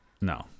No